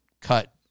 cut